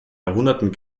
jahrhunderten